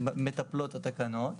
מטפלות התקנות,